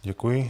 Děkuji.